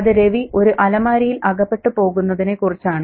അത് രവി ഒരു അലമാരയിൽ അകപ്പെട്ടു പോകുന്നതിനെക്കുറിച്ചാണ്